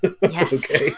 Yes